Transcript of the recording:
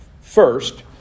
First